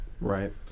Right